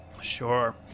sure